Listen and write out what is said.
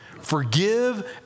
Forgive